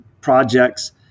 projects